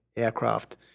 aircraft